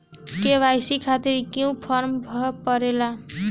KYC खातिर क्यूं form भरे के पड़ेला?